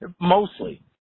mostly